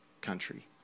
Country